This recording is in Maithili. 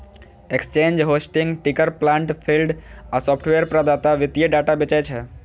exchange, hosting, ticker plant feed आ सॉफ्टवेयर प्रदाता वित्तीय डाटा बेचै छै